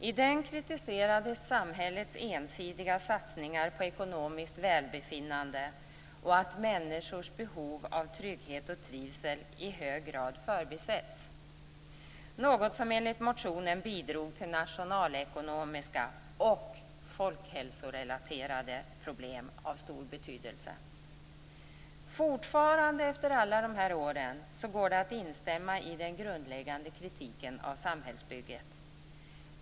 I den kritiserades samhällets ensidiga satsningar på ekonomiskt välbefinnande och att människors behov av trygghet och trivsel i hög grad förbisetts - något som enligt motionen bidrog till nationalekonomiska och folkhälsorelaterade problem av stor betydelse. Fortfarande efter alla dessa år går det att instämma i den grundläggande kritiken av samhällsbygget.